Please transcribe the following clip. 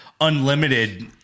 unlimited